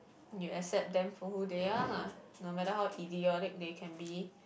you accept them for who they are lah no matter how idiotic they can be